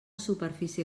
superfície